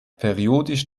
periodisch